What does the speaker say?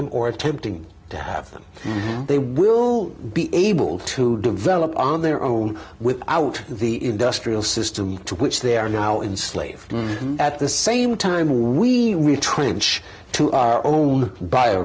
them or attempting to have them they will be able to develop on their own without the industrial system to which they are now in slave at the same time we retrench to our own bio